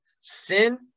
Sin